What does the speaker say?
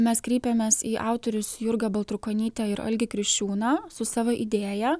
mes kreipėmės į autorius jurgą baltrukonytę ir algį kriščiūną su savo idėja